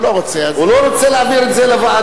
הוא לא רוצה להעביר את זה לוועדה.